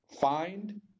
find